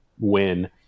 win